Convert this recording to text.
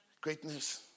greatness